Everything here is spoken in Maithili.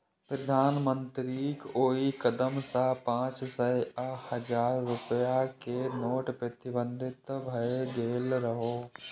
प्रधानमंत्रीक ओइ कदम सं पांच सय आ हजार रुपैया के नोट प्रतिबंधित भए गेल रहै